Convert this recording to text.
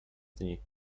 dni